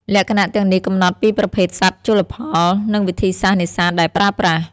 លក្ខណៈទាំងនេះកំណត់ពីប្រភេទសត្វជលផល និងវិធីសាស្ត្រនេសាទដែលប្រើប្រាស់។